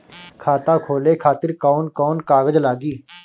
खाता खोले खातिर कौन कौन कागज लागी?